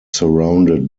surrounded